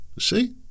See